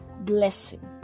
blessing